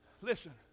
Listen